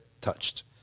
touched